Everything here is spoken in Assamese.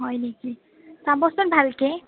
হয় নেকি চাবচোন ভালকৈ